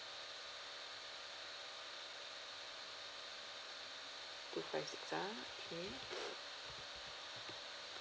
two five six ah okay